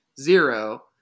zero